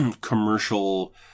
commercial